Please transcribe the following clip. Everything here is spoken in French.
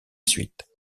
suite